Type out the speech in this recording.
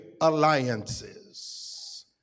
alliances